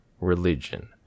religion